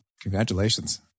Congratulations